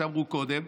כפי שאמרו קודם,